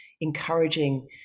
encouraging